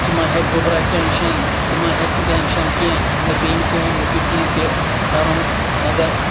ژٕ ما ہےٚ گوٚبرا ٹٮ۪نشَن ژٕ ما ہےٚ ٹٮ۪نشَن کینٛہہ مےٚ پیٚیِنۍ چانہِ موٗجوٗب کینٛہہ تہِ کَرُن مگر